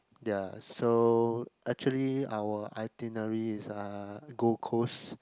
ya so actually our itinerary is uh Gold Coast